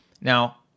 Now